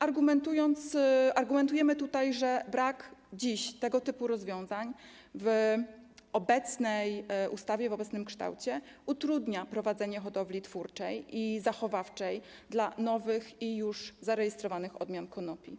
Argumentujemy tutaj, że brak dziś tego typu rozwiązań w obecnej ustawie, w obecnym kształcie utrudnia prowadzenie hodowli twórczej i zachowawczej nowych i już zarejestrowanych odmian konopi.